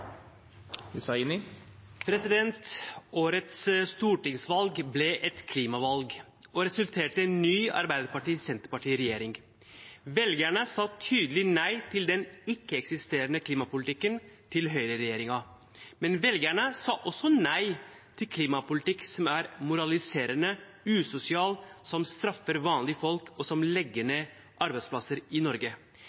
Årets stortingsvalg ble et klimavalg og resulterte i en ny Arbeiderparti–Senterparti-regjering. Velgerne sa tydelig nei til høyreregjeringens ikke-eksisterende klimapolitikk. Men velgerne sa også nei til klimapolitikk som er moraliserende, usosial, som straffer vanlige folk, og som legger